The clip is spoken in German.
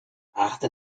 achte